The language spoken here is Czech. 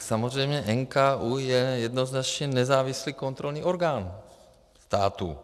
Samozřejmě NKÚ je jednoznačně nezávislý kontrolní orgán státu.